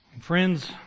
Friends